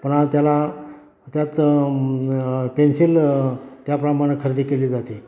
पण त्याला त्यात पेन्सिल त्याप्रमाणं खरेदी केली जाते